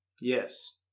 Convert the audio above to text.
Yes